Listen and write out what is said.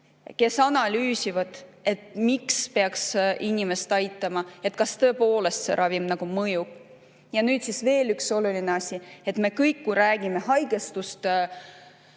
kes analüüsivad, miks peaks inimest aitama ja kas tõepoolest see ravim mõjub. Ja nüüd veel üks oluline asi. Me kõik, kui räägime haigustest, mõtleme,